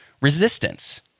resistance